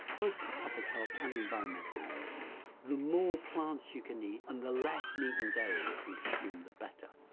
both for public health and environmental reasons. the more plants you can eat and the less meat and dairy you can consume, the better.